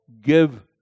give